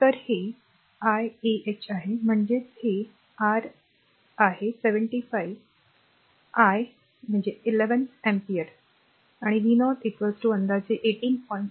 तर हे r i ahआहे म्हणजेच हे आर आहे 75 मी 11 अँपिअर आणि v0 अंदाजे 18